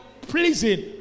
pleasing